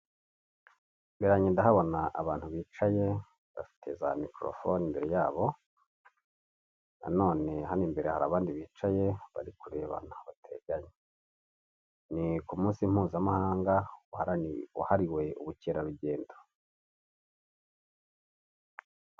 Imbere yange ndahabona abantu bicaye bafite za microphone imbere yabo none hano imbere hari abandi bicaye bari kurebana bateganye niku munsi mpuzamahangaye wahariwe ubukerarugendo.